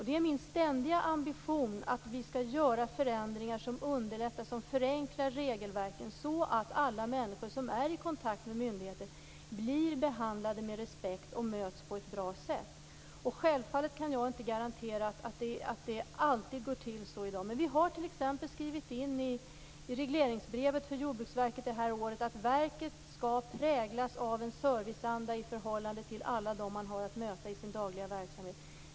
Det är min ständiga ambition att vi skall göra förändringar som underlättar, som förenklar regelverken så att alla människor som är i kontakt med myndigheter blir behandlade med respekt och bemöts på ett bra sätt. Självfallet kan jag inte garantera att det alltid går till så i dag. Men vi har t.ex. skrivit in i årets regleringsbrev för Jordbruksverket att verket skall präglas av en serviceanda i förhållande till alla dem man har att möta i sin dagliga verksamhet.